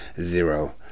zero